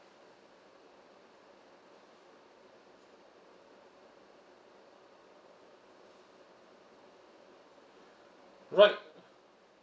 right